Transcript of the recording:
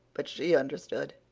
but she understood.